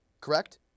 Correct